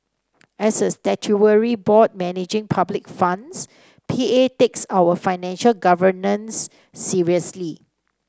as a statutory board managing public funds P A takes our financial governance seriously